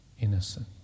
innocent